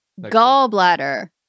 Gallbladder